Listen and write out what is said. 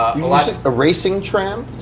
ah um ah ah said a racing tram?